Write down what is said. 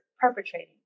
perpetrating